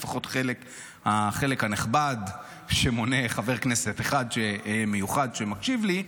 לפחות החלק הנכבד שמונה חבר כנסת אחד מיוחד שמקשיב לי,